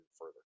further